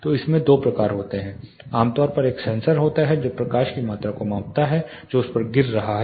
तो इसमें दो प्रकार होते हैं आमतौर पर एक सेंसर होता है जो प्रकाश की मात्रा को मापता है जो उस पर गिर रहा है